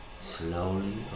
slowly